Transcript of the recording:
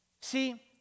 See